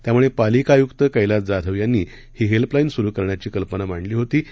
त्यामुळे पालिका आयुक्त कैलास जाधव यांनी ही हेल्पलाईन सुरू करण्याची कल्पना मांडली हेाती